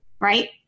right